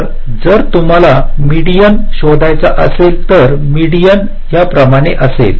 तर जर तुम्हाला मेडीन्स शोधायचे असेल तर मेडीन्स ह्या प्रमाणे असेल